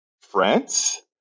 France